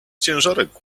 ciężarek